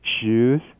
shoes